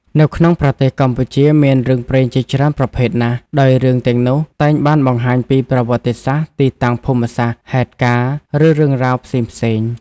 នៅក្នុងប្រទេសកម្ពុជា មានរឿងព្រេងជាច្រើនប្រភេទណាស់ ដោយរឿងទាំងនោះតែងបានបង្ហាញពី ប្រវត្តិសាស្រ្ដ ទីតាំងភូមិសាស្រ្ដ ហេតុការណ៍ ឬរឿងរ៉ាវផ្សេងៗ។